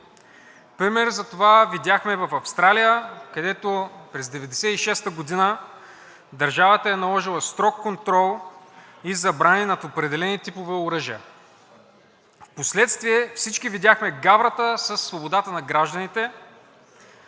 Пример за това видяхме в Австралия, където през 1996 г. държавата е наложила строг контрол и забрани на определени типове оръжия, а впоследствие всички видяхме гаврата със свободата на гражданите